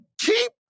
Keep